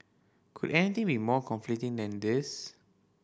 could anything be more conflicting than this